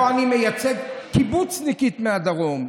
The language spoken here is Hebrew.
פה אני מייצג קיבוצניקית מהדרום,